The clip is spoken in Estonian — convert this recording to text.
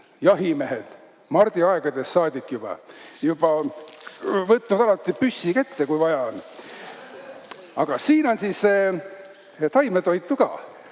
jahimehed. Mardi aegadest saadik on juba kõik võtnud alati püssi kätte, kui vaja on. Aga siin on siis taimetoitu ka.